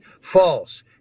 false